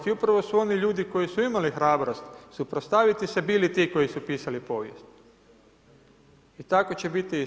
I upravo su oni ljudi koji su imali hrabrost suprotstaviti se bili ti koji su pisali povijest i tako će biti i sada.